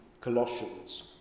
Colossians